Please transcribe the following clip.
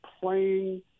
playing